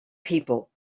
people